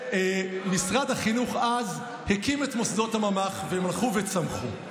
ומשרד החינוך אז הקים את מוסדות הממ"ח והם הלכו וצמחו.